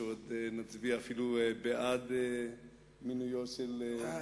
שנצביע אפילו בעד מינויו של סילבן שלום,